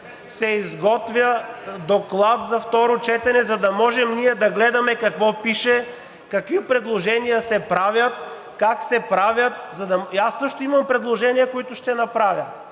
се изготвя доклад за второ четене, за да можем ние да гледаме какво пише, какви предложения се правят, как се правят. И аз също имам предложения, които ще направя.